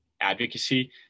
advocacy